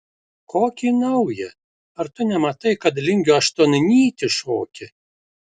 kokį naują ar tu nematai kad lingio aštuonnytį šoki